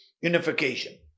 unification